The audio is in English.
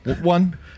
One